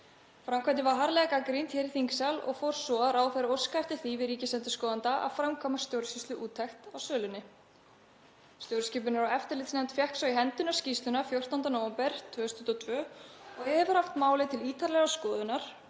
Framkvæmdin var harðlega gagnrýnd hér í þingsal og fór svo að ráðherra óskað eftir því við ríkisendurskoðanda að framkvæma stjórnsýsluúttekt á sölunni. Stjórnskipunar- og eftirlitsnefnd fékk í hendurnar skýrsluna 14. nóvember 2022 og hefur haft málið til ítarlegrar skoðunar,